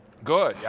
good. yeah